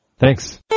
Thanks